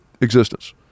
existence